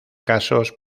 casos